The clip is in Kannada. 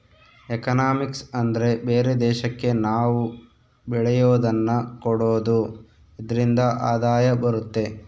ಎಕನಾಮಿಕ್ಸ್ ಅಂದ್ರೆ ಬೇರೆ ದೇಶಕ್ಕೆ ನಾವ್ ಬೆಳೆಯೋದನ್ನ ಕೊಡೋದು ಇದ್ರಿಂದ ಆದಾಯ ಬರುತ್ತೆ